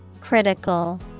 Critical